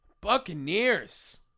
Buccaneers